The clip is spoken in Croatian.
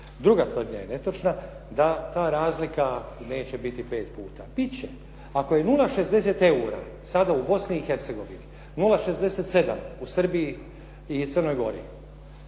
Druga tvrdnja je netočna, da ta razlika neće biti pet puta. Bit će. Ako je 0,60 eura sada u Bosni i Hercegovini, 0,67 u Srbiji i Crnoj Gori,